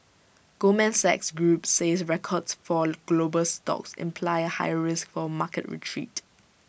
Goldman Sachs group says records for global stocks imply A higher risk for A market retreat